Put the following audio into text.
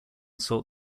sought